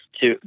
two